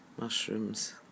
mushrooms